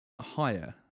higher